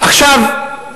נכון מאוד.